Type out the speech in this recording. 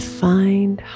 find